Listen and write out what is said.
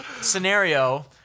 scenario